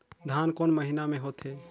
धान कोन महीना मे होथे?